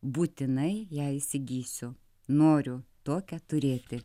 būtinai ją įsigysiu noriu tokią turėti